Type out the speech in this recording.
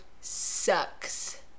sucks